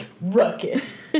Ruckus